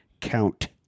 count